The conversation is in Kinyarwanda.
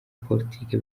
politiki